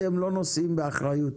אתם לא נושאים באחריות